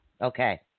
okay